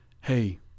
hey